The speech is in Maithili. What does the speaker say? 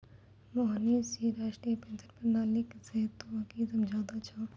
मोहनीश जी राष्ट्रीय पेंशन प्रणाली से तोंय की समझै छौं